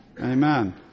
Amen